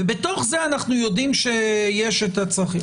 ובתוך זה אנחנו יודעים שיש הצרכים.